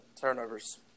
turnovers